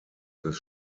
des